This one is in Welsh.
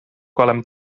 gwelem